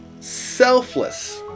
selfless